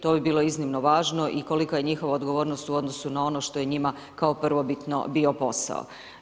To bi bilo iznimno važno i kolika je njihova odgovornost u odnos što je njima kao prvobitno bio posao.